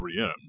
3M